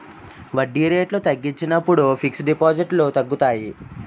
వడ్డీ రేట్లు తగ్గించినప్పుడు ఫిక్స్ డిపాజిట్లు తగ్గుతాయి